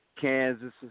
Kansas